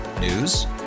News